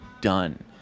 done